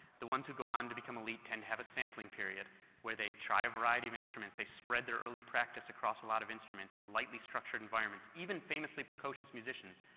the ones who go on to became elite then have a sampling period where they try a variety of instruments, they spread their early practice across a lot of instruments and lightly structured environments. even famously precocious musicians,